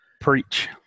Preach